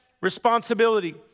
responsibility